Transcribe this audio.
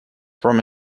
from